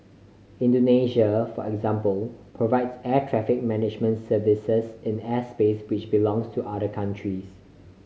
Indonesia for example provides air traffic management services in airspace which belongs to other countries